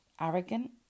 arrogant